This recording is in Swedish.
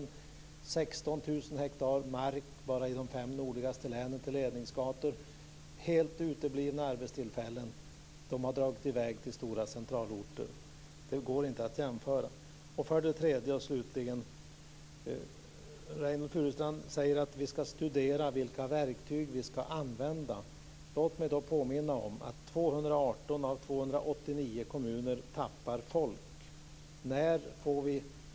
Det är 16 000 hektar mark bara i de fem nordligaste länen till ledningsgator och helt uteblivna arbetstillfällen. De har dragit i väg till stora centralorter. Det går inte att jämföra. Så slutligen till den tredje frågan. Reynoldh Furustrand säger att vi ska studera vilka verktyg vi ska använda. Låt mig påminna om att 218 av 289 kommuner tappar befolkning.